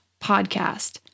podcast